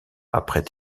après